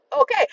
okay